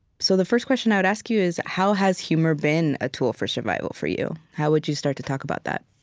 so the first question i would ask you is, how has humor been a tool for survival for you? how would you start to talk about that?